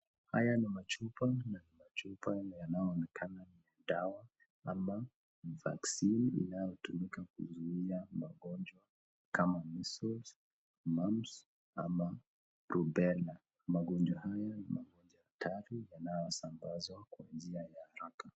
Haya ni machupa yanayoonekana dawa ama ni vaccine inayotumika kuzuia magonjwa kama measles, mumps ama rubella . Magonjwa hayo ni hatari yanayosambazwa kwa njia ya tracking .